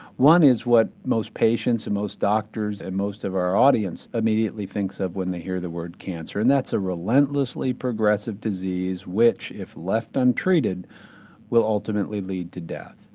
one is what most patients and most doctors and most of our audience immediately think so of when they hear the word cancer, and that's a relentlessly progressive disease which if left untreated will ultimately lead to death.